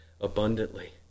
abundantly